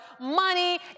money